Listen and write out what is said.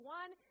one